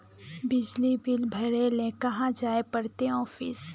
बिजली बिल भरे ले कहाँ जाय पड़ते ऑफिस?